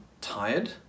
tired